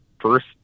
first